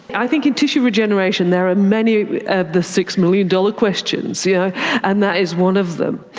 i think in tissue regeneration there are many of the six million dollar questions. yeah and that is one of them.